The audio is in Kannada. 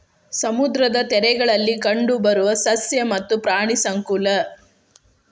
ಸಮುದ್ರದ ತೇರಗಳಲ್ಲಿ ಕಂಡಬರು ಸಸ್ಯ ಮತ್ತ ಪ್ರಾಣಿ ಸಂಕುಲಾ